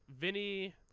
Vinny